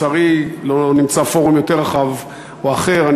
לצערי לא נמצא פורום יותר רחב או אחר,